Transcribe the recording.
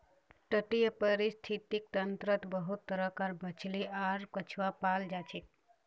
तटीय परिस्थितिक तंत्रत बहुत तरह कार मछली आर कछुआ पाल जाछेक